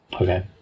Okay